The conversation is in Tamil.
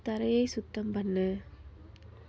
தரையை சுத்தம் பண்ணு